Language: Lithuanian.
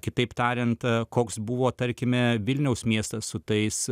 kitaip tariant koks buvo tarkime vilniaus miestas su tais